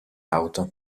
auto